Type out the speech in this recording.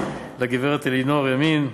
לגברת אלינור ימין,